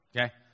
Okay